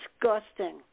disgusting